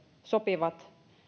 sopivat